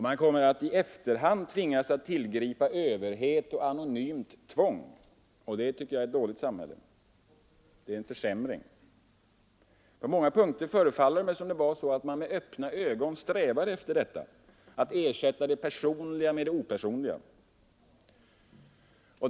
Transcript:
Man kommer att tvingas att i efterhand tillgripa överhet och anonymt tvång, och det tycker jag är ett dåligt samhälle. Det är en försämring. På många punkter förefaller det mig som om man med öppna ögon strävar efter att ersätta det personliga med det opersonliga.